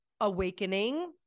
awakening